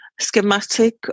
schematic